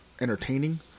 entertaining